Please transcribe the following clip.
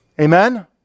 Amen